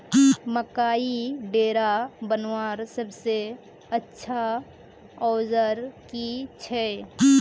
मकईर डेरा बनवार सबसे अच्छा औजार की छे?